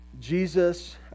Jesus